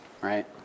right